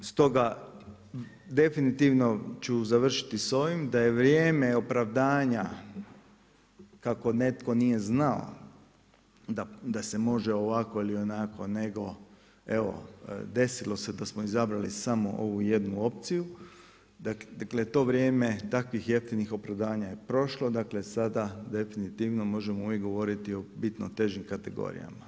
Stoga, definitivno ću završiti s ovim da je vrijeme opravdanja kako netko nije znao da se može ovako ili onako nego evo desilo se da smo izabrali samo ovu jednu opciju, dakle to vrijeme takvih jeftinih opravdanja je prošlo, dakle sada definitivno možemo uvijek govoriti o bitno težim kategorijama.